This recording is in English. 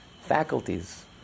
faculties